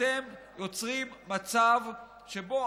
אתם יוצרים מצב שבו,